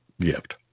gift